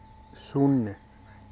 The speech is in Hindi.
शून्य